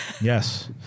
Yes